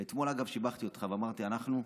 ואתמול, אגב, שיבחתי אותך ואמרתי: אנחנו,